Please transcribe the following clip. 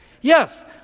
yes